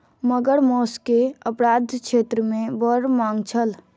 मगर मौस के अपराध क्षेत्र मे बड़ मांग छल